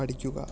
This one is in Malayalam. പഠിക്കുക